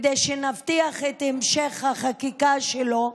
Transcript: כדי שנבטיח את המשך החקיקה שלו,